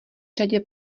řadě